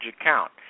account